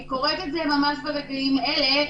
אני קוראת את זה ממש ברגעים אלה.